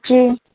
जी